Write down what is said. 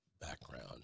background